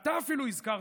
אתה אפילו הזכרת,